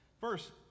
First